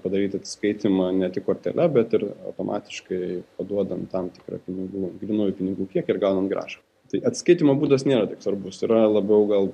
padaryti atsiskaitymą ne tik kortele bet ir automatiškai paduodant tam tikrą pinigų grynųjų pinigų kiekį ir gaunant grąžą tai atsiskaitymo būdas nėra svarbus yra labiau gal